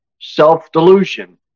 self-delusion